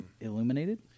illuminated